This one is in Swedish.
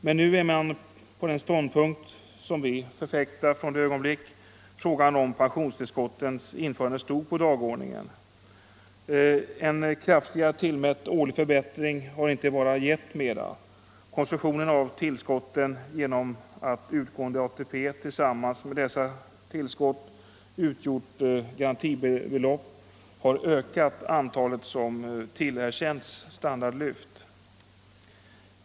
Men nu intar man den ståndpunkt som vi har förfäktat från det ögonblick då frågan om pensionstillskottens införande stod på dagordningen. En kraftigare tillmätt årlig förbättring har inte bara givit mera. Konstruktionen av tillskotten, genom att utgående ATP tillsammans med dessa tillskott utgjort garantibelopp, har ökat det antal pensionärer som tillerkänts standardlyft.